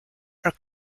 are